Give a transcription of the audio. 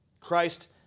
Christ